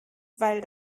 weil